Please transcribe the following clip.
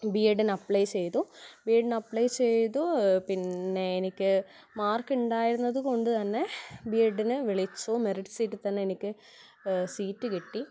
B എഡിന് apply ചെയ്തു B എഡിന് അപ്ലൈ ചെയ്തു പിന്നെ എനിക്ക് മാർക്ക് ഉണ്ടായിരുന്നത് കൊണ്ട് തന്നെ ബി എഡിന് വിളിച്ചു മെറിറ്റ് സീറ്റിൽ തന്നെ എനിക്ക് സീറ്റ് കിട്ടി